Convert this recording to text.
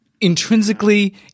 intrinsically